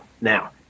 Now